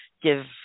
Give